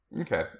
Okay